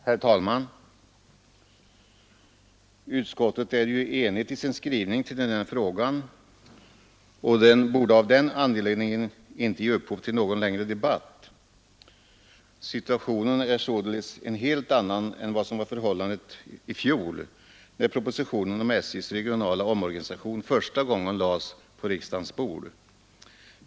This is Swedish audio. Herr talman! Utskottet är ju enigt i sin skrivning i den här frågan och den borde därför inte ge upphov till någon längre debatt. Situationen är således en helt annan än vad förhållandet var i fjol när propositionen om SJ:s regionala omorganisation första gången lades på riksdagens bord.